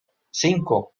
cinco